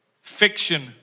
fiction